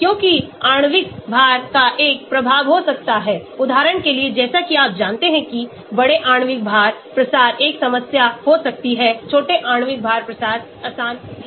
क्योंकि आणविक भार का एक प्रभाव हो सकता है उदाहरण के लिए जैसा कि आप जानते हैं कि बड़े आणविक भार प्रसार एक समस्या हो सकती है छोटे आणविक भार प्रसार आसान है